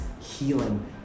healing